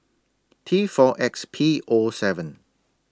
T four X P O seven